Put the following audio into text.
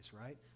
right